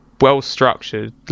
well-structured